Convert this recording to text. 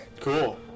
Cool